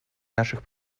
наших